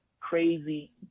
crazy